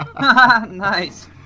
Nice